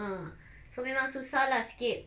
ah so memang susah lah sikit